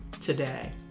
today